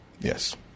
yes